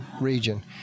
region